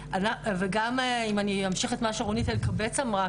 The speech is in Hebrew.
וגם אם אני אמשך את מה שרונית אלקבץ אמרה,